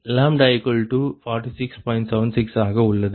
76 ஆக உள்ளது